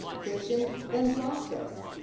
christian venzlauskas.